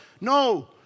no